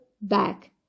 back